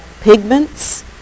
pigments